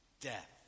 death